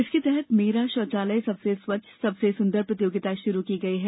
इसके तहत मेरा शौचालय सबसे स्वच्छ सबसे सुदर प्रतियोगिता षुरू की गयी है